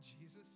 Jesus